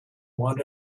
want